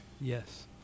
Yes